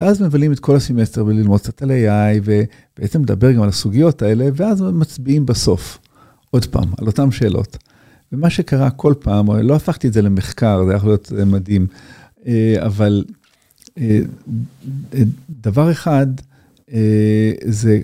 ואז מבלים את כל הסמסטר וללמוד קצת על AI ובעצם לדבר גם על הסוגיות האלה ואז מצביעים בסוף. עוד פעם, על אותן שאלות. ומה שקרה כל פעם, לא הפכתי את זה למחקר, זה היה יכול להיות מדהים, אבל דבר אחד זה